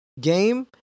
game